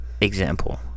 example